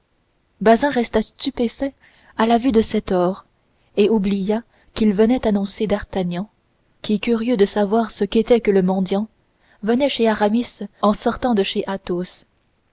bazin resta stupéfait à la vue de cet or et oublia qu'il venait annoncer d'artagnan qui curieux de savoir ce que c'était que le mendiant venait chez aramis en sortant de chez